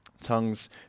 tongues